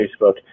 Facebook